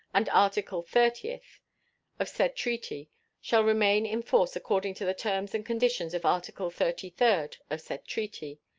and article thirtieth of said treaty shall remain in force according to the terms and conditions of article thirty-third of said treaty.